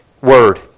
Word